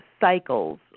cycles